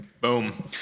Boom